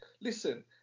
Listen